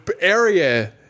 area